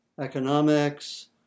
economics